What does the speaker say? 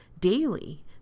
daily